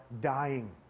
dying